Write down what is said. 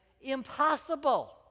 impossible